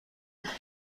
دارم